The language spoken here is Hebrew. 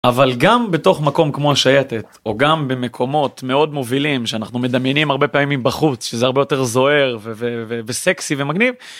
אבל גם בתוך מקום כמו השייטת או גם במקומות מאוד מובילים שאנחנו מדמיינים הרבה פעמים בחוץ שזה הרבה יותר זוהר וסקסי ומגניב.